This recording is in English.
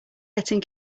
getting